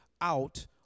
out